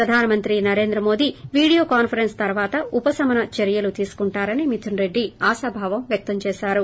ప్రధానమంత్రి Narendra Modi video conference తరువాత ఉపశమన చర్యలు తీసుకుంటారని మిదున్ రెడ్డి ఆశాభావం వ్యక్తం చేసారు